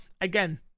Again